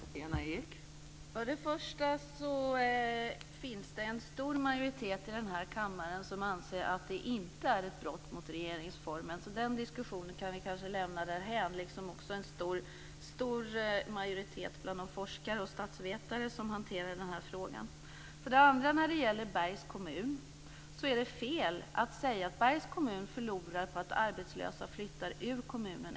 Fru talman! För det första finns det en stor majoritet i denna kammare som anser att det här inte är ett brott mot regeringsformen, så den diskussionen kan vi kanske lämna därhän. Dessutom finns det en stor majoritet bland de forskare och statsvetare som hanterar frågan. För det andra är det när det gäller Bergs kommun fel att säga att den kommunen förlorar på att arbetslösa flyttar ut från kommunen.